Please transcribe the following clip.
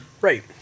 Right